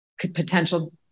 potential